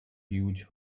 huge